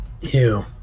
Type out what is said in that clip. Ew